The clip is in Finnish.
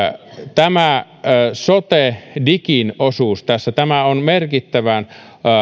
tämä sotedigin osuus tässä tämä on merkittävän